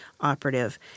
operative